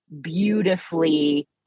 beautifully